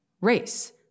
race